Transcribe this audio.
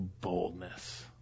boldness